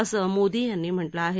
असं मोदी यांनी म्हटलं आहे